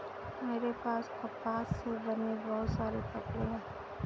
मेरे पास कपास से बने बहुत सारे कपड़े हैं